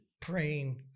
praying